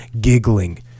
giggling